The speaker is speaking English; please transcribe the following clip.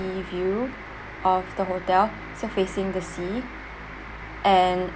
sea view of the hotel so facing the sea and